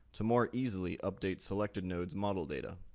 to more easily update selectednode's model data.